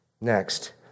Next